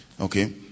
Okay